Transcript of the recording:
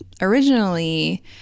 Originally